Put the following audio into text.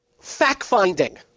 fact-finding